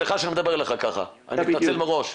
סליחה שאני מדבר אליך ככה, אני מתנצל מראש.